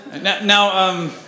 Now